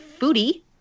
foodie